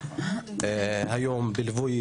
היום בליווי